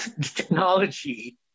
technology